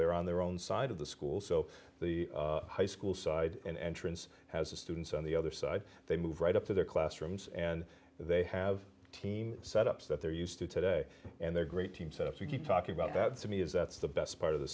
they're on their own side of the school so the high school side and entrance has the students on the other side they move right up to their classrooms and they have team set ups that they're used to today and they're great team so if you keep talking about that to me is that's the best part of the